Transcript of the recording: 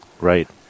Right